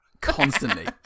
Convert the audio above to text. constantly